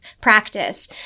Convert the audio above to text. practice